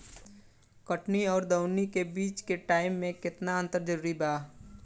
कटनी आउर दऊनी के बीच के टाइम मे केतना अंतर जरूरी बा?